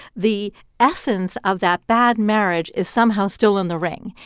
the essence of that bad marriage is somehow still in the ring.